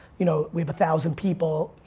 you know we have a thousand people.